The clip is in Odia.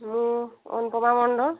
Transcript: ମୁଁ ଅନୁପମା ମଣ୍ଡଳ